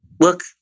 Look